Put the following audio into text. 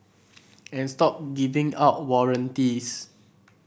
and stop giving out warranties